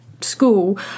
school